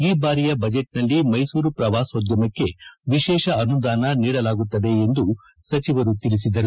ಈ ಬಾರಿಯ ಬಜೆಟ್ನಲ್ಲಿ ಮೈಸೂರು ಪ್ರವಾಸೋದ್ಯಮಕ್ಕೆ ವಿಶೇಷ ಅನುದಾನ ನೀಡಲಾಗುತ್ತದೆ ಎಂದು ಸಚಿವರು ತಿಳಿಸಿದರು